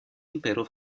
impero